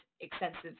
extensive